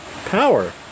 power